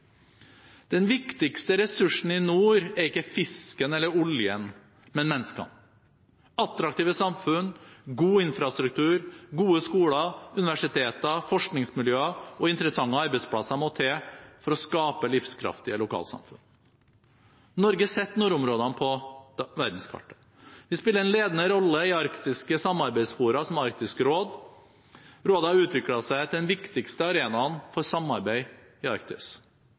Den viktigste ressursen i nord er ikke fisken eller oljen, men menneskene. Attraktive samfunn, god infrastruktur, gode skoler, universiteter, forskningsmiljøer og interessante arbeidsplasser må til for å skape livskraftige lokalsamfunn. Norge setter nordområdene på verdenskartet. Vi spiller en ledende rolle i arktiske samarbeidsfora som Arktisk råd. Rådet har utviklet seg til den viktigste arenaen for samarbeid i Arktis.